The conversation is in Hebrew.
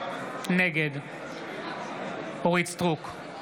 נגד אורית מלכה סטרוק,